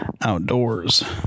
Outdoors